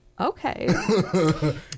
Okay